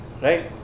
right